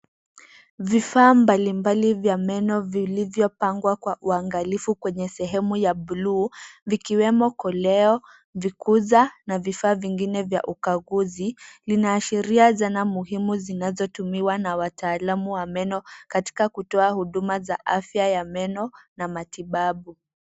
Vifaa mbalimbali vya meno vilivyopangwa kwa uangalifu kwenye sehemu ya buluu vikiwemo koleo, vikuza na vifaa vingine vya ukaguzi. Linaashiria zana muhimu zinazotumiwa na wataalamu wa meno katika kutoa huduma za afya ya meno na matibabu.